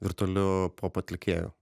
virtualiu pop atlikėju